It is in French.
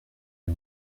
les